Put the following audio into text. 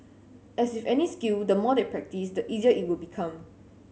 as with any skill the more they practise the easier it will become